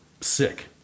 sick